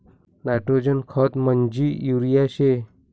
nitrogen खत म्हंजी urea शे